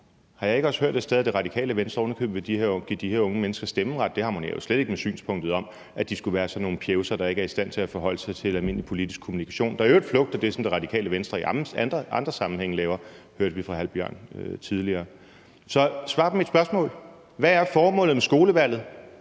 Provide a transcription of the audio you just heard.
Har jeg ikke også hørt et sted, at Radikale Venstre ovenikøbet vil give de her unge mennesker stemmeret? Det harmonerer jo slet ikke med synspunktet om, at de skulle være sådan nogle pjevser, der ikke er i stand til at forholde sig til almindelig politisk kommunikation, der i øvrigt flugter med det, som Radikale Venstre i andre sammenhænge laver, hørte vi fra hr. Mikkel Bjørn tidligere. Så svar på mit spørgsmål: Hvad er formålet med skolevalget?